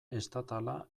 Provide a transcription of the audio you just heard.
estatala